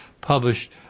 published